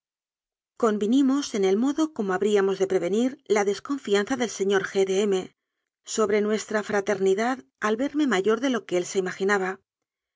convinimos en el modo como ha bríamos de prevenir la desconfianza del señor g de m sobre nuestra fraternidad al verme ma yor de lo que él se imaginaba